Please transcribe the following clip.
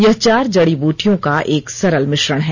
यह चार जड़ी ब्रेटियों का एक सरल मिश्रण है